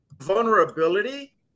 vulnerability